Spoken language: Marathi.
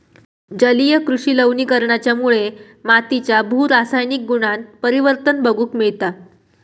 जलीय कृषि लवणीकरणाच्यामुळे मातीच्या भू रासायनिक गुणांत परिवर्तन बघूक मिळता